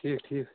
ٹھیٖک ٹھیٖک